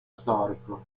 storico